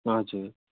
हजुर